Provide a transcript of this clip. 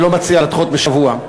אני לא מציע לדחות בשבוע.